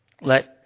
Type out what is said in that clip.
Let